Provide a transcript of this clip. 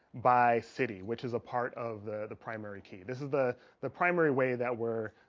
by city which is a part of the the primary key? this is the the primary way that were?